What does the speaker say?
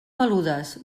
peludes